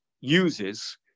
uses